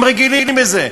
הם רגילים לזה,